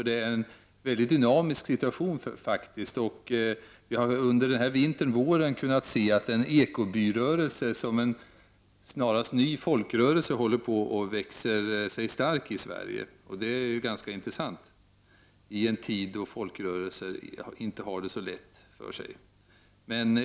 Det är en dynamisk situation som råder på det området, och vi har under den här vintern och våren kunnat se att en ekobyrörelse håller på att växa sig stark i Sverige som en ny folkrörelse. Det är intressant, eftersom det sker i en tid då folkrörelser inte har det så lätt.